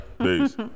Peace